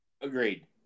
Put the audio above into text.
Agreed